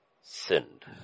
sinned